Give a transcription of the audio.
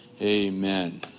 amen